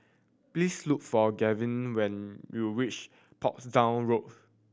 please look for Granville when you reach Portsdown Road